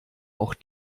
auch